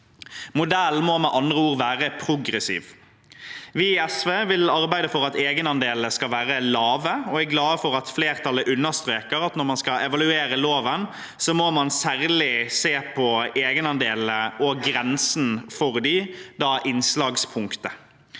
andre ord være progressiv. Vi i SV vil arbeide for at egenandelene skal være lave, og er glade for at flertallet understreker at når man skal evaluere loven, må man særlig se på egenandelsgrensen, altså innslagspunktet.